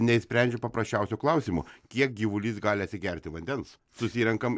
neišsprendžia paprasčiausio klausimo kiek gyvulys gali atsigerti vandens susirenkam